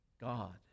God